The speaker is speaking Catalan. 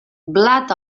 blat